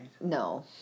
No